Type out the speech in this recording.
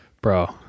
Bro